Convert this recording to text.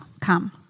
Come